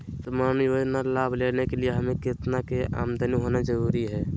सामान्य योजना लाभ लेने के लिए हमें कितना के आमदनी होना जरूरी है?